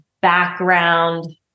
background